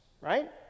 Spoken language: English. right